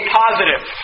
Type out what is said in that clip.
positive